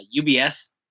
UBS